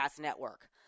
network